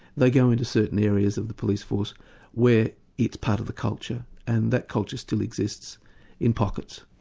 they go into certain areas of the police force where it's part of the culture, and that culture still exists in pockets.